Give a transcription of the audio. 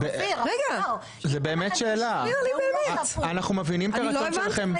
זה באמת שאלה, אנחנו מבינים את הרצון שלכם.